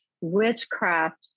Witchcraft